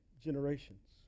generations